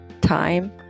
time